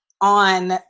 on